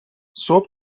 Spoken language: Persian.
صبح